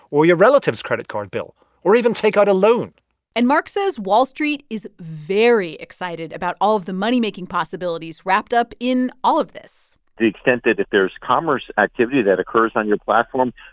or your relative's credit card bill, or even take out a loan and mark says wall street is very excited about all of the moneymaking possibilities wrapped up in all of this to the extent that if there's commerce activity that occurs on your platform,